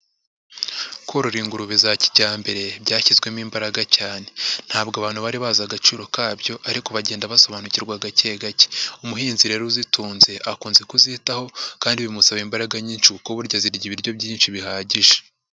Korora ingurube za kijyambere byashyizwemo imbaraga cyane, ntabwo abantu bari bazi agaciro kabyo ariko bagenda basobanukirwa gake gake, umuhinzi rero uzitunze akunze kuzitaho kandi bimusaba imbaraga nyinshi kuko burya zirya ibiryo byinshi bihagije.